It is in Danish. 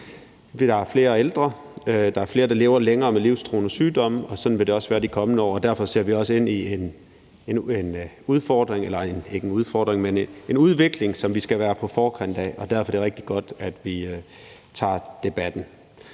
der er flere, der lever længere med livstruende sygdomme. Sådan vil det også være i de kommende år, og derfor ser vi også ind i en udvikling, som vi skal være på forkant med. Derfor er det rigtig godt, at vi tager debatten,